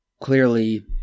clearly